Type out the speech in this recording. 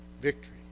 victory